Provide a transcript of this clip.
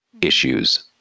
issues